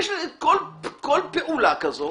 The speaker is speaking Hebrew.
כל פעולה כזו,